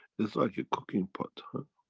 it's like a cooking pot.